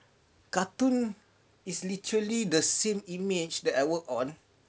cartoon is literally the same image that I worked on